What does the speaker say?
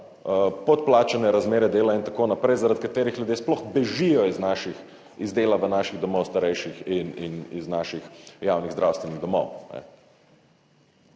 podplačane razmere dela in tako naprej, zaradi katerih ljudje sploh bežijo iz dela naših domov starejših in iz naših javnih zdravstvenih domov.